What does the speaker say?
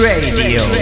Radio